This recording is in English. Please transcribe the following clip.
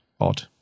odd